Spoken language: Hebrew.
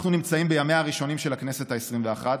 אנחנו נמצאים בימיה הראשונים של הכנסת העשרים-ואחת,